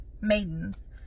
maidens